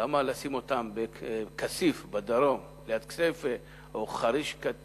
למה לשים אותם בכסיף בדרום, ליד כסייפה, או בחריש